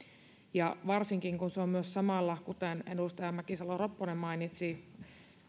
ja varsinkin kun se on samalla kuten edustaja mäkisalo ropponen mainitsi